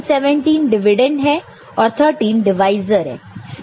तो 117 डिविडेंड और 13 डिवाइसर है